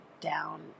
down